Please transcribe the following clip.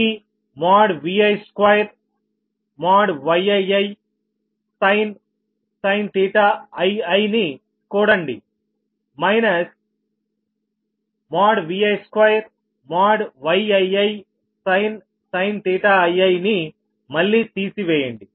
మీ Vi2Yiisin ii ని కూడండిమైనస్ Vi2Yiisin ii ని మళ్లీ తీసివేయండి